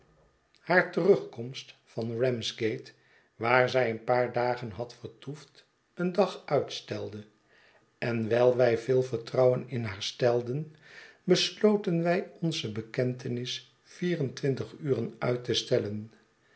haar terugkomst van ramsgate waar zij een paar dagen had vertoefd een dag uitstelde en wijl wij veel vertrouwen in haar stelden besloten wij onze bekentenis vierentwintig uren uit te stellen